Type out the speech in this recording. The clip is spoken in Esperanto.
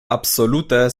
absolute